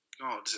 God